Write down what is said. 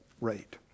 rate